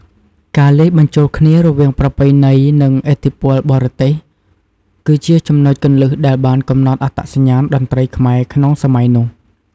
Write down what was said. ការលាយបញ្ចូលគ្នារវាងប្រពៃណី និងឥទ្ធិពលបរទេស គឺជាចំណុចគន្លឹះដែលបានកំណត់អត្តសញ្ញាណតន្ត្រីខ្មែរក្នុងសម័យនោះ។